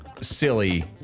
silly